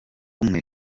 umwe